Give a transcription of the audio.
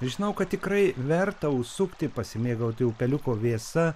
žinau kad tikrai verta užsukti pasimėgauti upeliuko vėsa